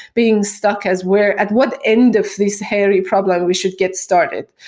being stuck as where at one end of this hairy problem we should get started?